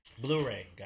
Blu-ray